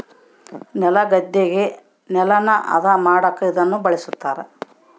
ನೆಲಗದ್ದೆಗ ನೆಲನ ಹದ ಮಾಡಕ ಇದನ್ನ ಬಳಸ್ತಾರ